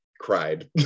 cried